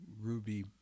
Ruby